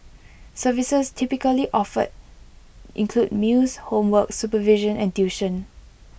services typically offered include meals homework supervision and tuition